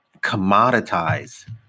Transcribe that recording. commoditize